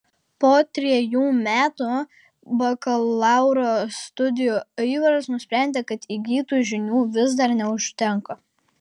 po trejų metų bakalauro studijų aivaras nusprendė kad įgytų žinių vis dar neužtenka